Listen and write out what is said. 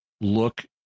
look